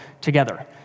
together